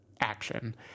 action